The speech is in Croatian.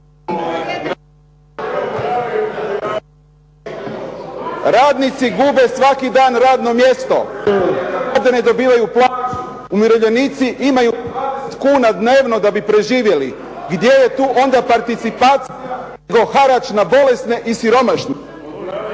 Radnici gube svaki dan radno mjesto, …/Govornik se ne razumije./… ne dobivaju plaću, umirovljenici imaju 20 kn dnevno da bi preživjeli. Gdje je tu onda participacija nego harač na bolesne i siromašne.